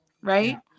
right